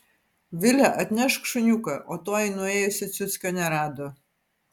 vile atnešk šuniuką o toji nuėjusi ciuckio nerado